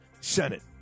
Senate